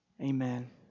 Amen